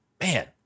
Man